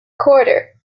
quarter